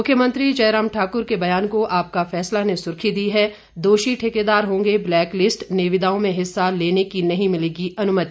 मुख्यमंत्री जयराम ठाक्र के बयान को आपका फैसला ने सुर्खी दी है दोषी ठेकेदार होंगे ब्लैक लिस्ट निविदाओं में हिस्सा लेने की नहीं मिलेगी अनुमति